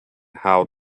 how